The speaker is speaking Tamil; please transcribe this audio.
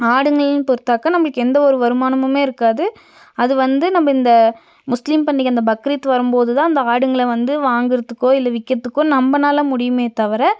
ஆடுங்கள்னு பொறுத்தாக்கா நமக்கு எந்த ஒரு வருமானமுமே இருக்காது அது வந்து நம்ம இந்த முஸ்லீம் பண்டிகை இந்த பக்ரீத் வரும்போது தான் இந்த ஆடுங்களை வந்து வாங்குகிறதுக்கோ இல்லை விற்கிறதுக்கோ நம்மனால முடியுமே தவிர